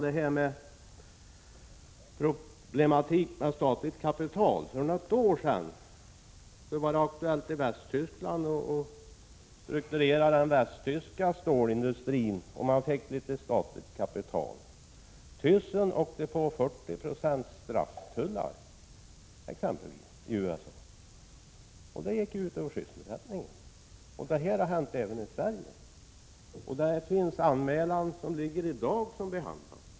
Det gäller problematiken rörande statligt kapital. För något år sedan var det aktuellt i Västtyskland att strukturera stålindustrin där, och man fick litet statligt kapital, Thyssen åkte på 40 96 strafftullar exempelvis när det gällde USA. Detta gick ut över sysselsättningen, och liknande saker har hänt för svenska företag. Det föreligger i dag en anmälan som behandlas.